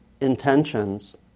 intentions